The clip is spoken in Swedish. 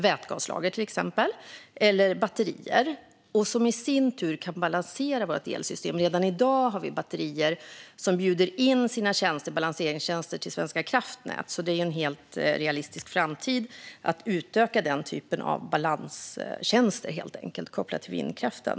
Det finns till exempel vätgaslagring och batterier, som kan balansera vårt elsystem. Redan i dag finns det batterier som erbjuder balanseringstjänster till Svenska kraftnät. Det är alltså en helt realistisk framtid att utöka den typen av balanstjänster kopplade till vindkraften.